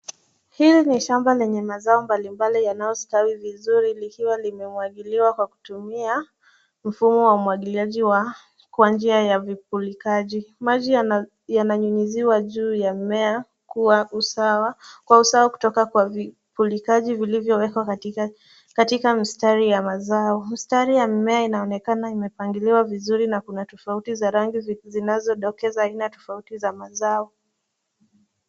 Hili ni shamba lenye mazao mbalimbali yanayostawi vizuri likiwa limemwagiliwa kwa kutumia mfumo wa umwagiliaji wa kwa njia ya vipulikaji. Maji yananyunyiziwa juu ya mimea kwa usawa kutoka kwa vipulikaji vilivyowekwa katika mstari ya mazao. Mstari ya mmea inaonekana imepangiliwa vizuri na kuna tofauti za rangi zinazodokeza aina tofauti za mazao.